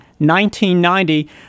1990